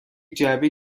جعبه